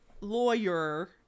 lawyer